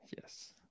Yes